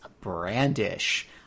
Brandish